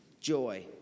joy